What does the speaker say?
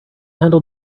handle